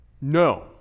No